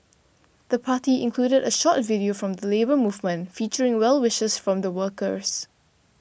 the party included a short video from the Labour Movement featuring well wishes from workers